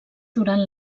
durant